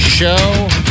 show